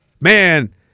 man